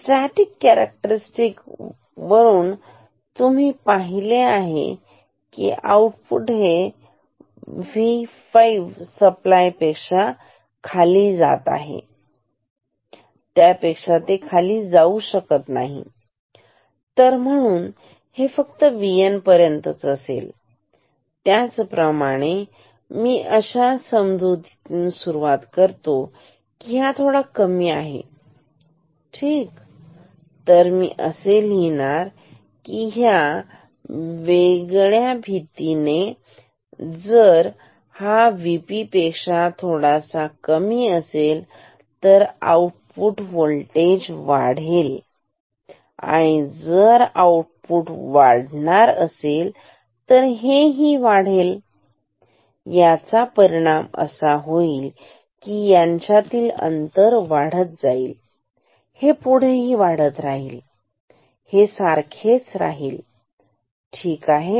static characteristic वरून तुम्ही पाहिले आहे की आउटपुट हे V सप्लाय पेक्षा खाली जाऊ शकत नाही तर म्हणून हे फक्त व VN पर्यंतच असेल त्याचप्रमाणे मी अशा समजुतीतून सुरुवात करतो की हा थोडासा कमी आहे ठीक तर मी लिहितो कि ह्या वेगळ्या साईने जर अभियान हा डीपी पेक्षा थोडासा कमी असेल तर आउटपुट होल्टेज वाढेल आणि जर आउटपुट हे वाढणार असेल तर हेही वाढेल याचा परिणाम असा होईल की त्यांच्यातील अंतर वाढत जाईल हे पुढेही वाढत राहील आणि हे सारखेच राहील ठीक आहे